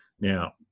Now